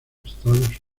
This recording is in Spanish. estados